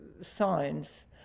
signs